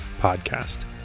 podcast